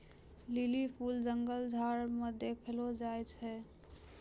lily फूल जंगल झाड़ मे देखै ले मिलै छै